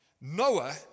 Noah